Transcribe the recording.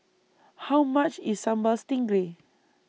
How much IS Sambal Stingray